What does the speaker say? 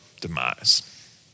demise